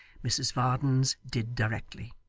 mrs varden's did directly.